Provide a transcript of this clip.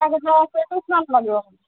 কেইপিছমান লাগিব